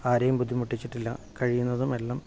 ആരെയും ബുദ്ധിമുട്ടിച്ചിട്ട് ഇല്ല കഴിയുന്നതും എല്ലാം